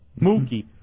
Mookie